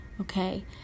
Okay